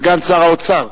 סגן שר האוצר.